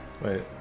Wait